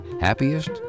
happiest